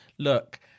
Look